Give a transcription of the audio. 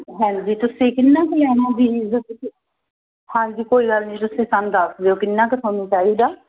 ਹਾਂਜੀ ਤੁਸੀਂ ਕਿੰਨਾ ਕੁ ਲੈਣਾ ਬੀਜ ਹਾਂਜੀ ਕੋਈ ਗੱਲ ਨਹੀਂ ਤੁਸੀਂ ਸਾਨੂੰ ਦੱਸ ਦਿਓ ਕਿੰਨਾ ਕੁ ਤੁਹਾਨੂੰ ਚਾਹੀਦਾ